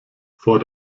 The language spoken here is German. vor